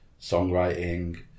songwriting